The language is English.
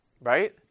Right